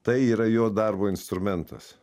tai yra jo darbo instrumentas